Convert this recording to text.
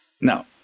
Now